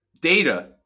data